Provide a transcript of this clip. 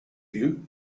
you